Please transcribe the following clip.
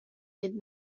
did